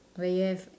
we have